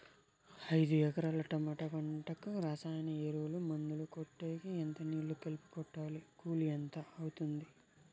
ఐదు ఎకరాల టమోటా పంటకు రసాయన ఎరువుల, మందులు కొట్టేకి ఎంత నీళ్లు కలిపి కొట్టాలి? కూలీ ఎంత అవుతుంది?